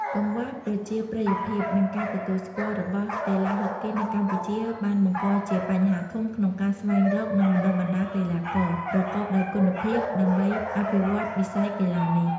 កង្វះប្រជាប្រិយភាព និងការទទួលស្គាល់ របស់កីឡាហុកគីនៅកម្ពុជាបានបង្កជា បញ្ហាធំ ក្នុងការ ស្វែងរកនិងបណ្ដុះបណ្ដាលកីឡាករ ប្រកបដោយគុណភាព ដើម្បីអភិវឌ្ឍវិស័យកីឡានេះ។